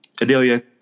Adelia